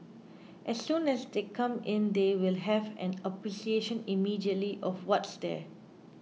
as soon as they come in they will have an appreciation immediately of what's there